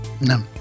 no